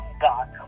God